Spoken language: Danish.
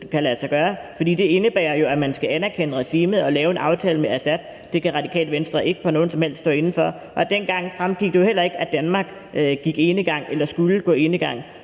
det indebærer jo, at man skal anerkende regimet, og at man skal lave en aftale med Assad. Det kan Radikale Venstre ikke på nogen som helst måde stå inde for. Dengang fremgik det jo heller ikke, at Danmark skulle gå enegang.